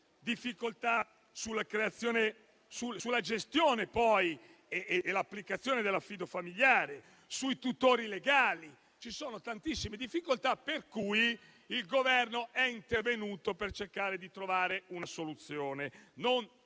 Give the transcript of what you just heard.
difficoltà sulla gestione e l'applicazione dell'affido familiare, sui tutori legali. Ci sono tantissime difficoltà e quindi il Governo è intervenuto per cercare di trovare una soluzione.